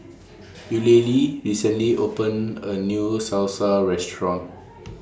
Eulalie recently opened A New Salsa Restaurant